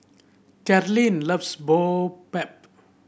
Carlyn loves Boribap